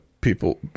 people